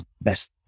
best